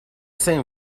same